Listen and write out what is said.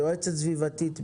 יועצת סביבתית,